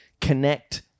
connect